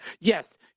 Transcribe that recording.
yes